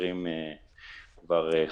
מכירים כבר כמעט